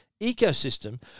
ecosystem